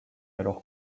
alors